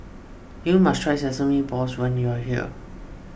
you must try Sesame Balls when you are here